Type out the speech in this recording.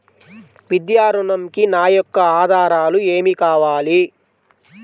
విద్యా ఋణంకి నా యొక్క ఆధారాలు ఏమి కావాలి?